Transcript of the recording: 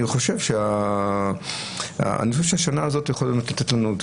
אני חושב שאת השנה הזאת הם יכולים לתת לנו.